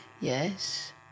Yes